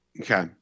Okay